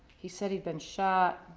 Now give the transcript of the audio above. he said he'd been shot.